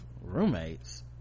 roommates